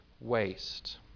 waste